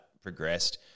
progressed